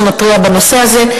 שמתריעה בנושא הזה.